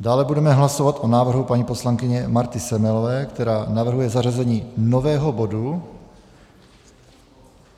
Dále budeme hlasovat o návrhu paní poslankyně Marty Semelové, která navrhuje zařazení nového bodu,